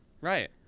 right